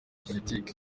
politiki